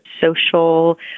social